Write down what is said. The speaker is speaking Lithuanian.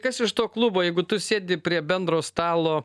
kas iš to klubo jeigu tu sėdi prie bendro stalo